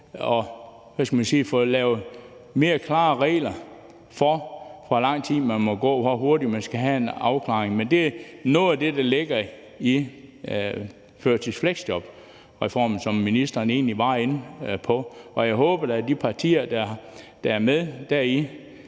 at få lavet mere klare regler for, hvor lang tid man må gå, hvor hurtigt man skal have en afklaring. Men det er noget af det, der ligger i førtids- og fleksjobreformen, som ministeren egentlig var inde på. Jeg håber da, at de partier, der er med i